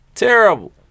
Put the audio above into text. Terrible